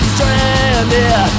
Stranded